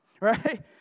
right